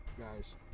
guys